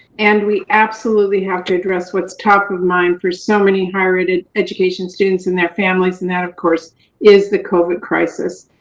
and we absolutely have to address what's top of mind for so many higher and and education students and their families. and that of course is the covid crisis.